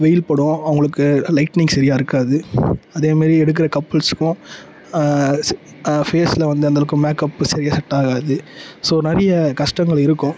வெயில் படும் அவங்களுக்கு லைட்னிங்ஸ் சரியாக இருக்காது அதே மாரி எடுக்கிற கப்புள்ஸுக்கும் சி ஃபேஸில் வந்து அந்தளவுக்கு மேக்அப்பு சரியாக செட்டாகாது ஸோ நிறைய கஷ்டங்கள் இருக்கும்